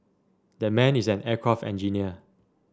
that man is an aircraft engineer